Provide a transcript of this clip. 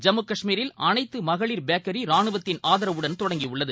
ஜம்மு கஷ்மீரில் அனைத்துமகளிர் பேக்கரிரானுவத்தின் ஆதரவுடன் தொடங்கியுள்ளது